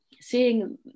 seeing